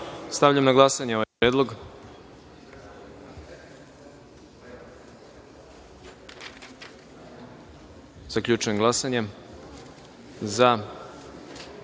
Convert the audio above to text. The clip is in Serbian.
Stavljam na glasanje ovaj predlog. Zaključujem glasanje i